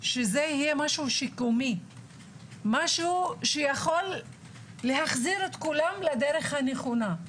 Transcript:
משהו שיקומי שיחזיר את כולם לדרך הנכונה.